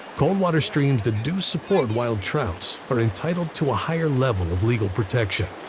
cold water streams that do support wild trout are entitled to a higher level of legal protection.